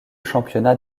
championnat